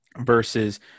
versus